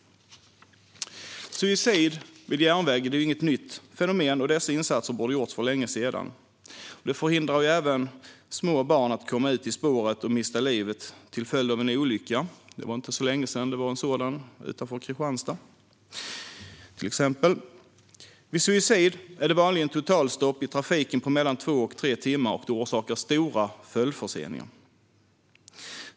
Suicid vid järnväg är inget nytt fenomen, och dessa insatser borde ha gjorts för länge sedan. Det förhindrar även att små barn kan komma ut i spåret och mista livet till följd av en olycka. Det var inte så länge sedan det hände utanför Kristianstad, till exempel. Vid suicid är det vanligen totalstopp i trafiken mellan två och tre timmar, och detta orsakar stora följdförseningar.